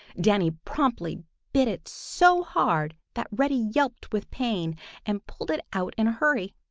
danny promptly bit it so hard that reddy yelped with pain and pulled it out in a hurry.